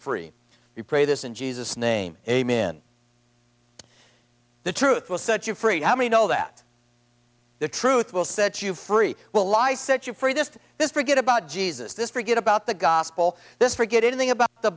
free you pray this in jesus name aim in the truth will set you free how many know that the truth will set you free will i set you free just this forget about jesus this forget about the gospel this forget anything about the